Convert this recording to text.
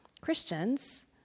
Christians